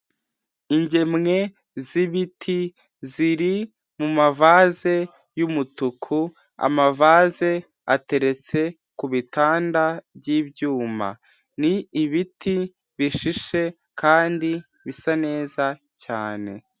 Ingemwe z'ibiti ziri mu mavase y'umutuku amavase ateretse ku bitanda by'ibyuma ni ibiti bishishe kandi bisa neza cyane.